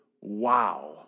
wow